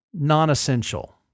non-essential